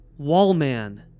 Wallman